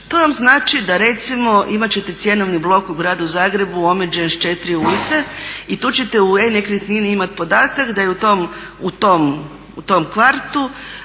To vam znači da recimo imati ćete cjenovni blok u gradu Zagrebu omeđen sa četiri ulice i tu ćete u e-nekretnini imati podatak da je u tom kvartu